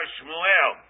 Shmuel